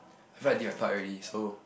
I feel like did their part already so